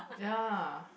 yeah